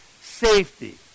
safety